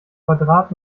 quadrat